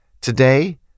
Today